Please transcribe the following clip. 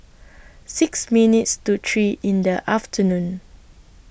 six minutes to three in The afternoon